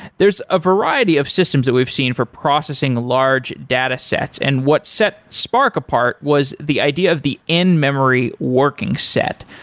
there is a variety of systems that we've seen for processing large data sets and what set spark apart was the idea of the in-memory working set.